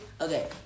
Okay